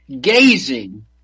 gazing